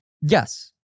Yes